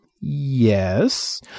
Yes